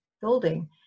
building